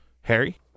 Harry